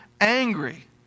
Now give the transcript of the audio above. angry